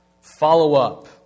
Follow-up